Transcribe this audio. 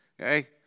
okay